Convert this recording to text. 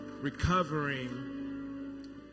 Recovering